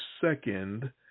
second